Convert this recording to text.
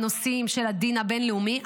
בנושאים של הדין הבין-לאומי,